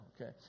okay